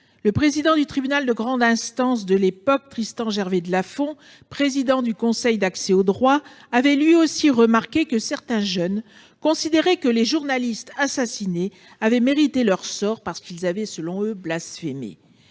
président du tribunal de grande instance de Lille et du conseil départemental de l'accès au droit, avait lui aussi remarqué que certains jeunes considéraient que les journalistes assassinés avaient mérité leur sort parce qu'ils avaient, selon eux, blasphémé.